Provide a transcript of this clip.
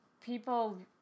people